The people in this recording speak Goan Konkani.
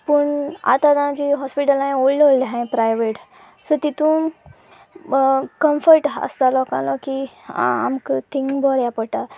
पूण आतां आतां जीं हॉस्पिटला आसात व्हडलीं व्हडलीं आसात प्रायवेट सो तातूंत कम्फर्ट आसता लोकांलो की आं आमकां थिंगा बऱ्या पडटा